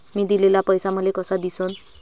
मी दिलेला पैसा मले कसा दिसन?